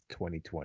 2020